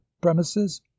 premises